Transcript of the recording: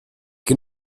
che